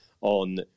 on